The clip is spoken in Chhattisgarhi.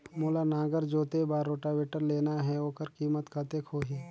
मोला नागर जोते बार रोटावेटर लेना हे ओकर कीमत कतेक होही?